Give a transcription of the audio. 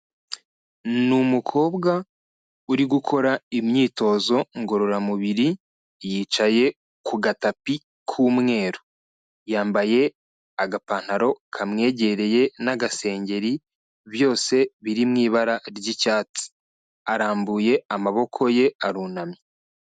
Ni umukobwa uri gukora imyitozo ngororamubiri yicaye ku gatapi k'umweru, yambaye agapantaro kamwegereye n'agasengeri byose biri mu ibara ry'icyatsi, arambuye amaboko ye arunamye.